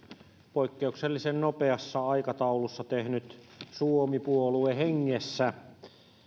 poikkeuksellisen nopeassa aikataulussa tehnyt suomi puoluehengessä